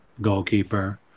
goalkeeper